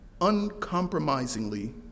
uncompromisingly